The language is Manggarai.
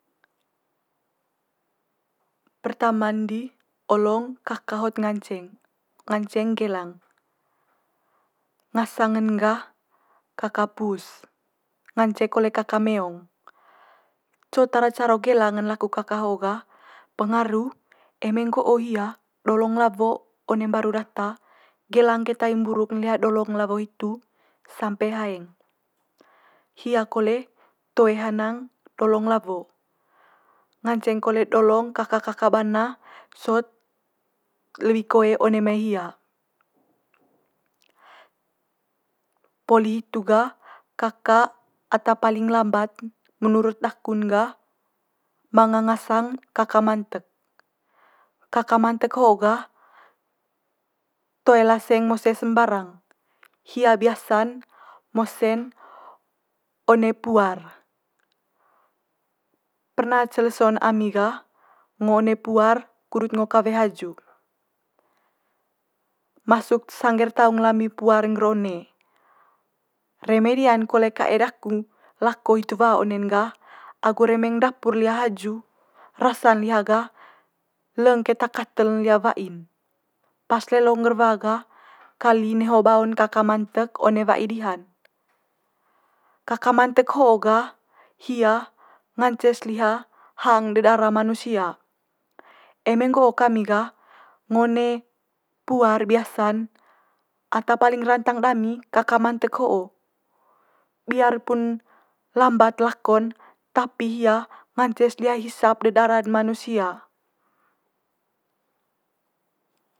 pertama'n di olong kaka hot nganceng, nganceng gelang, ngasang'n gah kaka pus ngance kole kaka meong. Co tara caro gelang'n laku kaka ho'o gah pengaru eme nggo'o hia dolong lawo one mbaru data gelang keta i mburuk liha dolong lawo hitu sampe haeng. Hia kole toe hanang dolong lawo, nganceng kole dolong kaka kaka bana sot lebi koe one mai hia. Poli hitu gah kaka ata paling lambat'n menurut daku'n gah manga ngasang'n kaka mantek. Kaka mantek ho'o gah toe laseng mose sembarang, hia biasa'n mose'n one puar. Perna ce leso'n ami gah ngo one puar kudut ngo kawe haju, masuk sangge'r taung lami puar ngger one. Reme dia'n kole kae daku lako hitu wa one'n gah agu remeng ndapu'r liha haju rasa'n liha gah leng keta katel'n liha wa'in. Pas lelo ngger wa gah, kali neho bao'n kaka mantek one wa'i diha'n. Kaka mantek ho'o gah hia ngance's liha hang de dara manusia. Eme nggo'o kami gah ngo one puar biasa'n ata paling rantang dami kaka mantek ho'o. Biar pun lambat lako'n tapi hia ngance's liha hisap de dara de manusia.